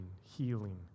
healing